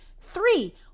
Three